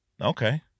Okay